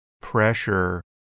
pressure